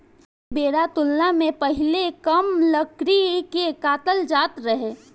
ऐ बेरा तुलना मे पहीले कम लकड़ी के काटल जात रहे